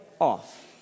off